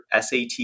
SAT